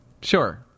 Sure